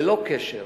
ללא קשר